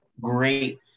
great